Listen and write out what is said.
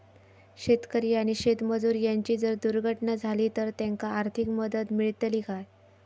शेतकरी आणि शेतमजूर यांची जर दुर्घटना झाली तर त्यांका आर्थिक मदत मिळतली काय?